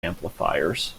amplifiers